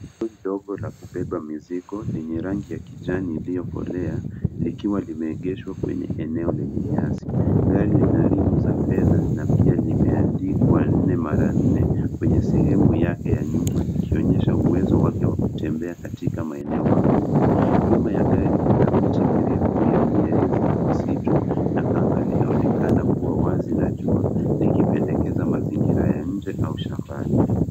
Gari ndogo la kubeba mizigo lenye rangi ya kijani iliyokolea likiwa limeegeshwa kwenye eneo lenye nyasi. Gari lina rimu za fedha na pia zimeandikwa nne mara nne kwenye sehemu yake ya nyuma ikionyesha uwezo wake wa kutembea katika maeneo magumu. Nyuma ya gari kuna miti mirefu ya mierezi na misitu na anga linaonekana kuwa wazi na jua likipendekeza mazingira ya nje au shambani.